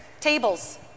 tables